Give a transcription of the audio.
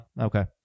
Okay